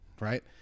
Right